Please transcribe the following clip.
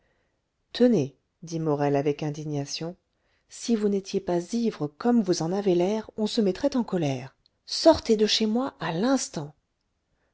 tenez dit morel avec indignation si vous n'étiez pas ivres comme vous en avez l'air on se mettrait en colère sortez de chez moi à l'instant